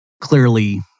clearly